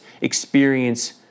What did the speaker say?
experience